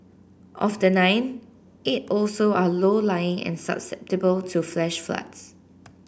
of the nine eight also are low lying and susceptible to flash floods